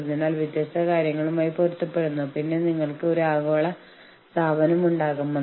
അങ്ങനെ നമ്മുടെ മേലധികാരികൾക്ക് അവരുടെ മേലധികാരികളെ സ്വാധീനിക്കാൻ കഴിയും